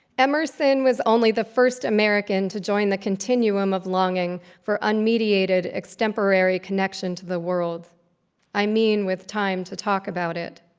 emerson was only the first american to join the continuum of longing for unmediated extemporary connection to the world i mean, with time to talk about it.